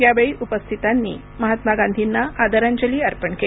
यावेळी उपस्थितांनी महात्मा गांधींना आदरांजली अर्पण केली